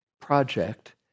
project